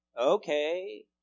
okay